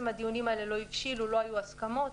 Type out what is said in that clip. הדיונים האלה לא הבשילו כי לא היו הסכמות,